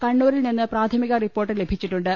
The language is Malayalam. കണ്ണൂരിൽ നിന്ന് പ്രാഥമിക റിപ്പോർട്ട് ലഭിച്ചിട്ടു ണ്ട്